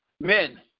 men